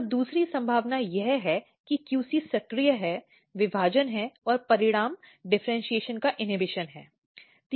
और दूसरी संभावना यह है कि QC सक्रिय है विभाजन है और परिणाम डिफ़र्इन्शीएशन का इन्हबिशन है